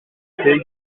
étaient